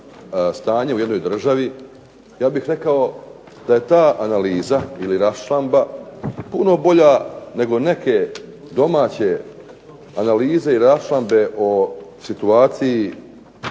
stanje u jednoj državi, ja bih rekao da je ta analiza ili rasčlamba puno bolja nego neke domaće analize i raščlambe u situaciji